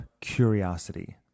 curiosity